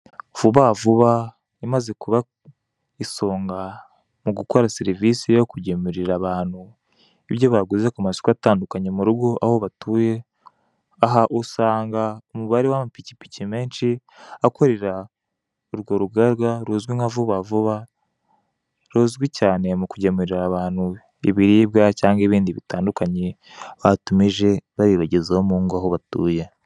Vuba vuba, imaze kuba isonga mu gukora serivisi yo kugemurira abantu ibyo baguze ku masoko atandukanye mu rugo aho batuye, aha usanga umubare w'amapikipiki menshi, akorera urwo rugaga ruzwi nka vuba vuba, ruzwi cyane mu kugemurira abantu ibiribwa cyangwa ibindi bitandukanye batumije, babibagezaho mu ngo aho batuye.